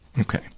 Okay